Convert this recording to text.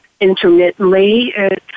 intermittently